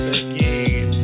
again